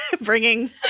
Bringing